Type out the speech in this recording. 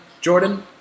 Jordan